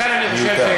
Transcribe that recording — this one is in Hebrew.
מיותר.